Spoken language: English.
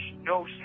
no